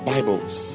Bibles